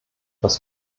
das